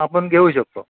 आपण घेऊ शकतो